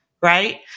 right